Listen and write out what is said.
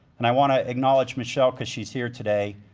and i wanna acknowledge michelle cause she's here today.